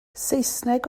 saesneg